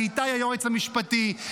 לאיתי היועץ המשפטי,